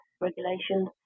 regulations